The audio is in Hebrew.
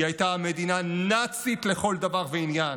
היא הייתה מדינה נאצית לכל דבר ועניין.